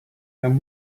then